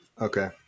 Okay